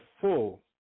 full